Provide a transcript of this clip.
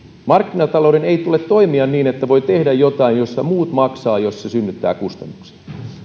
markkinatalouden ei tule toimia niin että voi tehdä jotain jossa muut maksavat jos se synnyttää kustannuksia